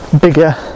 bigger